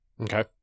Okay